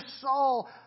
Saul